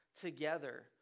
together